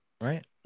right